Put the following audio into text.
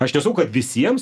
aš nesakau kad visiems